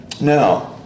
Now